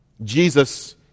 Jesus